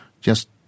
just